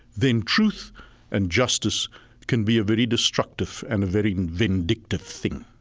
then truth and justice can be a very destructive and a very vindictive thing.